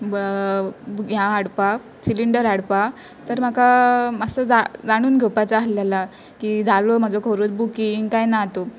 ब ह्यां हाडपाक सीलिंडर हाडपा तर म्हाका मातसो जा जाणून घेवपाचां आहलेलां की जालो म्हाजो खरोच बुकींग काय ना तो